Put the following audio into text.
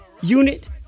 unit